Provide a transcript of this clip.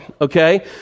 okay